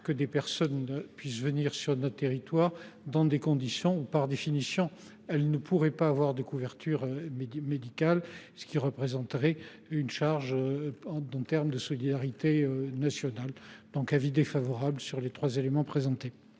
que des personnes puissent venir sur notre territoire dans des conditions où, par définition, elles ne pourraient pas bénéficier d’une couverture médicale, ce qui représenterait une charge en matière de solidarité nationale. La commission émet donc un avis défavorable sur ces trois amendements.